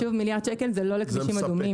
שוב, מיליארד שקל זה לא לכבישים אדומים.